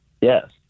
Yes